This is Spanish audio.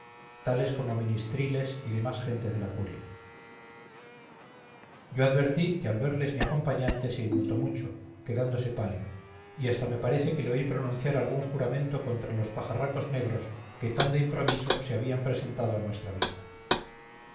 tales como ministriles y demás gente de la curia yo advertí que al verles mi acompañante se inmutó mucho quedándose pálido y hasta me parece que le oí pronunciar algún juramento contra los pajarracos negros que tan de improviso se habían presentado a nuestra vista